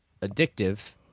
addictive